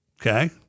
Okay